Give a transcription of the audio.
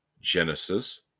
Genesis